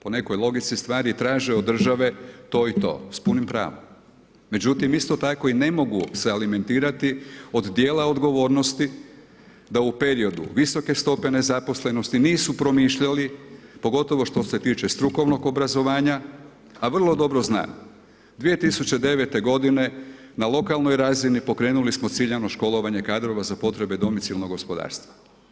Po nekoj logici stvari traže od države to i to, s punim pravom, međutim isto tako i ne modus e alimentirati od dijela odgovornosti da u periodu visoke stope nezaposlenosti nisu promišljali pogotovo što se tiče strukovnog obrazovanja, a vrlo dobro znamo, 2009. g. na lokalnoj razini pokrenuli smo ciljano školovanje kadrova za potrebe domicilnog gospodarstva.